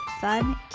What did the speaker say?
fun